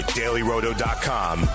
dailyroto.com